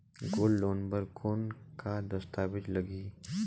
Gold loan बर कौन का दस्तावेज लगही?